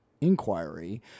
inquiry